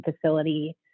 facility